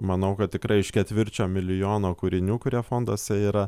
manau kad tikrai iš ketvirčio milijono kūrinių kurie fonduose yra